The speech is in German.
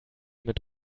mit